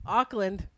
Auckland